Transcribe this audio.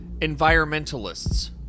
environmentalists